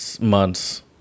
months